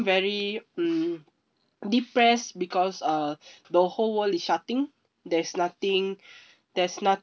very um depressed because uh the whole world is shutting there's nothing there's nothing